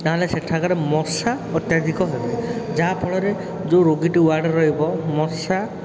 ତାହେଲେ ସେଠାକାର ମଶା ଅତ୍ୟାଧିକ ହେବେ ଯାହାଫଳରେ ଯେଉଁ ରୋଗୀଟି ୱାର୍ଡ଼ରେ ରହିବ ମଶା